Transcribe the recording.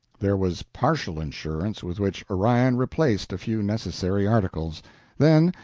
there was partial insurance, with which orion replaced a few necessary articles then,